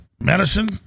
medicine